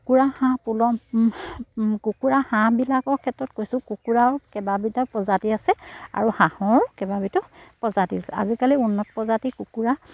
কুকুৰা হাঁহ পালন কুকুৰা হাঁহবিলাকৰ ক্ষেত্ৰত কৈছোঁ কুকুৰাৰ কেইবাবিধো প্ৰজাতি আছে আৰু হাঁহৰো কেইবাবিধো প্ৰজাতি আছে আজিকালি উন্নত প্ৰজাতি কুকুৰা